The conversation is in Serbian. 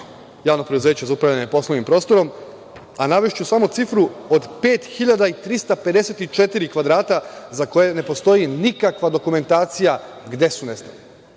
Javnog preduzeća za upravljanje poslovnim prostorom, a navešću samo cifru od 5.354 kvadrata za koje ne postoji nikakva dokumentacija gde su nestali.